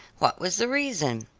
what was the reason?